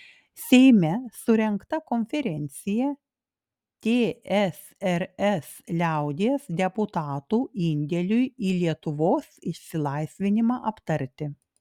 seime surengta konferencija tsrs liaudies deputatų indėliui į lietuvos išsilaisvinimą aptarti